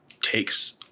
takes